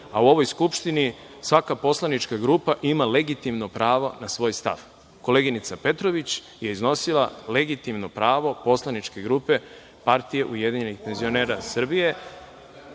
a u ovoj Skupštini svaka poslanička grupa ima legitimno pravo na svoj stav. Koleginica Petrović je iznosila legitimno pravo poslaničke grupe PUPS i smatram da time